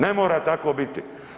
Ne mora tako biti.